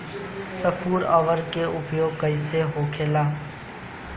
स्फुर उर्वरक के उपयोग कईसे होखेला?